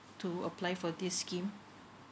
to apply for this scheme